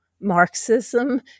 Marxism